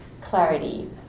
clarity